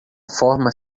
forma